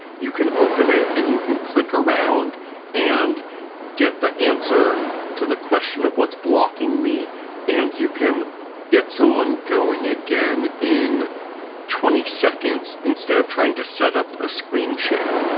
you can open it and you can click around and get the answer to the question of what's blocking me and you can get someone going again in twenty seconds instead of trying to set up a screen share.